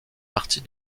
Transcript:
partie